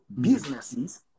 businesses